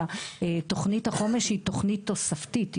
שהתכנית החומש היא תכנית תוספתית,